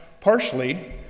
partially